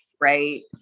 right